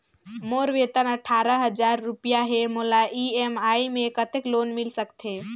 मोर वेतन अट्ठारह हजार रुपिया हे मोला ई.एम.आई मे कतेक लोन मिल सकथे?